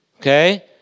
okay